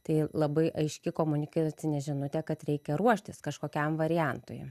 tai labai aiški komunikacinė žinutė kad reikia ruoštis kažkokiam variantui